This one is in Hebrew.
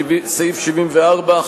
סעיף 74,